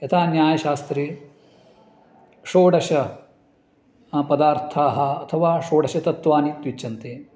यथा न्यायशास्त्रे षोडश पदार्थाः अथवा षोडषतत्त्वानि इत्युच्यन्ते